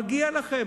מגיע לכם,